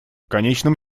конечном